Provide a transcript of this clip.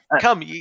Come